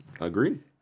agreed